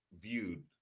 viewed